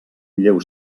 lleu